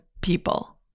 people